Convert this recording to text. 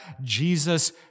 Jesus